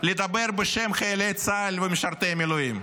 לדבר בשם חיילי צה"ל ומשרתי המילואים.